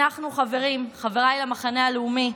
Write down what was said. אנחנו, חברים, חבריי למחנה הלאומי,